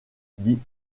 dit